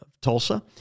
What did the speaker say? Tulsa